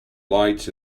lights